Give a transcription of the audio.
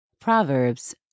Proverbs